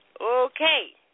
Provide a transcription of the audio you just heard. Okay